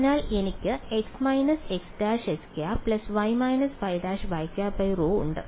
അതിനാൽ എനിക്ക് ഉണ്ട്